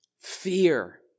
fear